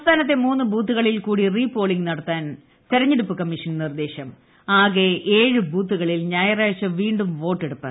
സംസ്ഥാനത്തെ മൂന്ന് ബൂത്തുകളിൽ കൂടി റീപോളിംഗ് നടത്താൻ തെരഞ്ഞെടുപ്പ് കമ്മൂഷൻ ്നിർദ്ദേശം ആകെ ഏഴ് ബൂത്തുകളിൽ ഞായ്റാഴ്ച്ച് പ്രിണ്ടും വോട്ടെടുപ്പ്